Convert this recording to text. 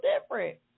different